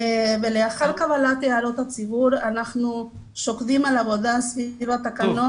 לאחר קבלת הערות הציבור אנחנו שוקדים על עבודה סביב התקנות.